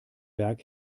berg